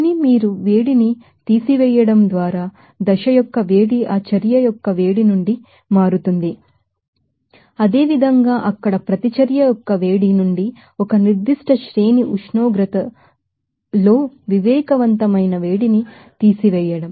కానీ మీరు వేడి ని తీసివేయడం ద్వారా దశ యొక్క వేడి ఆ చర్య యొక్క వేడి నుండి మారుతుంది అదేవిధంగా అక్కడ హీట్ అఫ్ రియాక్షన్ నుండి ఒక సర్టెన్ టెంపరేచర్ లో సెన్సిబిల్ హీట్ ని తీసివేయడం